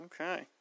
Okay